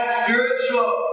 spiritual